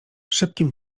szybkim